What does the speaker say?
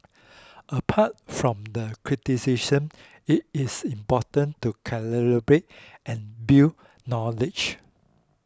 apart from the criticism it is important to collaborate and build knowledge